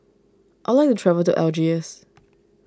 I like travel to Algiers